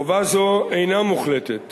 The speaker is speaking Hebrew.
חובה זו אינה מוחלטת